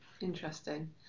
interesting